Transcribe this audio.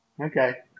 Okay